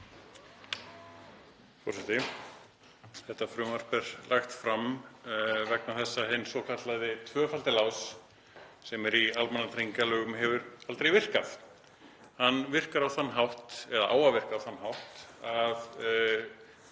Þetta frumvarp er lagt fram vegna þess að hinn svokallaði tvöfaldi lás sem er í almannatryggingalögum hefur aldrei virkað. Hann á að virka á þann hátt að